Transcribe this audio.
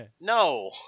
No